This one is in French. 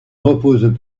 reposent